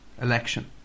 election